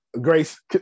Grace